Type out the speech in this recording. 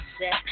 set